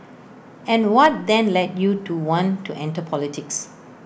and what then led you to want to enter politics